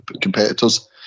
competitors